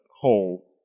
hole